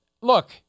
look